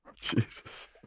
Jesus